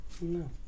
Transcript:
No